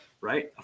right